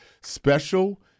special